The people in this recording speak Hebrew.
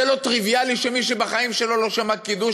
זה לא טריוויאלי שמי שבחיים שלו לא שמע קידוש,